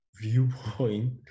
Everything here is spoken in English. viewpoint